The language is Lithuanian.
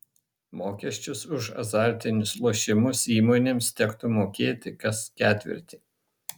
mokesčius už azartinius lošimus įmonėms tektų mokėti kas ketvirtį